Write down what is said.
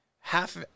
half